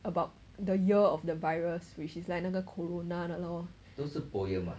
about the year of the virus which is like 那个 corona 的 lor